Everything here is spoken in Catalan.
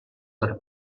per